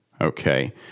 Okay